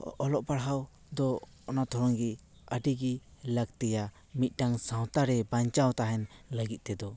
ᱚᱞᱚᱜ ᱯᱟᱲᱦᱟᱣ ᱫᱚ ᱚᱱᱟ ᱛᱮᱲᱚᱝ ᱜᱮ ᱟᱹᱰᱤᱜᱤ ᱞᱟᱹᱠᱛᱤᱭᱟ ᱢᱤᱫᱴᱟᱝ ᱥᱟᱶᱛᱟ ᱨᱮ ᱵᱟᱧᱪᱟᱣ ᱛᱟᱦᱮᱱ ᱞᱟᱹᱜᱤᱫ ᱛᱮᱫᱚ